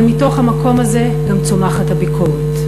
אבל מתוך המקום הזה גם צומחת הביקורת.